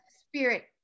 spirit